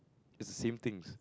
is same things